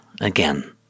again